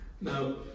Now